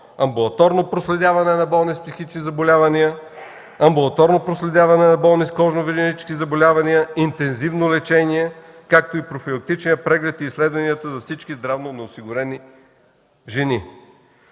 амбулаторно проследяване на болни с психични заболявания, амбулаторно проследяване на болни с кожно-венерически заболявания, интензивно лечение, както и профилактичния преглед и изследванията за всички здравно неосигурени жени.